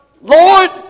Lord